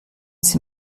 sie